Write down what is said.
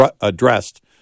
addressed